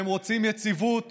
הם רוצים יציבות